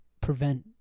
prevent